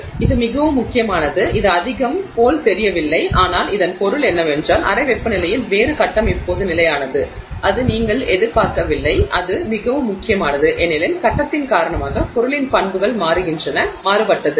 எனவே இது மிகவும் முக்கியமானது இது அதிகம் போல் தெரியவில்லை ஆனால் இதன் பொருள் என்னவென்றால் அறை வெப்பநிலையில் வேறு கட்டம் இப்போது நிலையானது அது நீங்கள் எதிர்பார்க்கவில்லை அது மிகவும் முக்கியமானது ஏனெனில் கட்டத்தின் காரணமாக பொருளின் பண்புகள் மாறுகின்றன மாற்றப்பட்டது